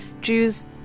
Jews